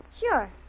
Sure